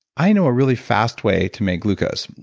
i know a really fast way to make glucose.